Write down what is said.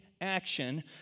action